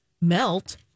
melt